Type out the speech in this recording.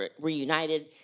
reunited